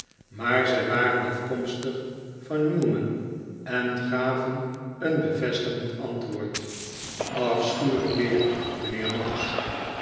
maar zij waren afkomstig van newman en gaven een bevestigend antwoord afschuwelijk weer mijnheer noggs